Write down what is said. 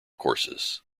courses